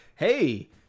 Hey